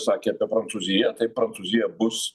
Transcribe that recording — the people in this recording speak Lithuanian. sakė apie prancūziją tai prancūzija bus